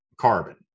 carbon